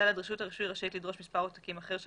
רשות הרישוי רשאית לדרוש מספר עותקים אחר של